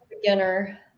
beginner